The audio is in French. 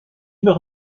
meurt